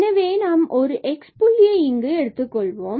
எனவே நாம் ஒரு x புள்ளியை இங்கு எடுத்துக் கொள்வோம்